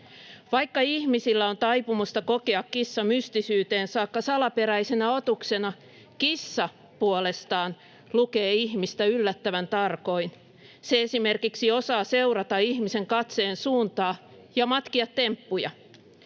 Vaikka ihmisillä on taipumusta kokea kissa mystisyyteen saakka salaperäisenä otuksena, kissa puolestaan lukee ihmistä yllättävän tarkoin. Se esimerkiksi osaa seurata ihmisen katseen suuntaa ja matkia temppuja.